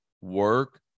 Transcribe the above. work